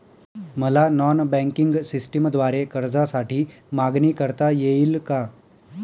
मला non banking सिस्टमद्वारे कर्जासाठी मागणी करता येईल का?